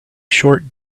short